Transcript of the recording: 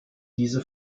diese